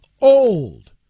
old